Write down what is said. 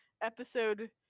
episode